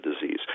disease